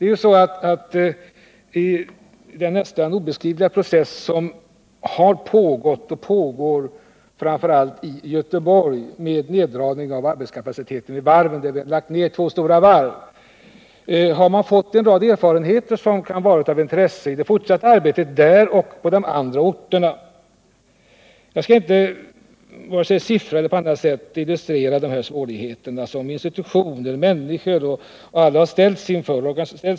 I den nästan obeskrivliga process som har pågått och fortfarande pågår, med neddragning av arbetskapaciteten vid varven, framför allt i Göteborg, där vi har lagt ner två stora varv, har man fått en rad erfarenheter som kan vara av intresse vid det fortsatta arbetet både där och på de andra orterna. Jag skall inte, vare sig i siffror eller på annat sätt, illustrera de svårigheter som institutioner och människor har ställts inför.